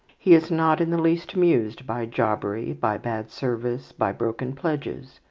he is not in the least amused by jobbery, by bad service, by broken pledges.